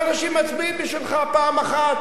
ואנשים מצביעים בשבילך פעם אחת,